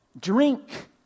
drink